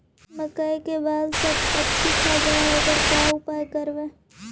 मकइ के बाल सब पशी खा जा है ओकर का उपाय करबै?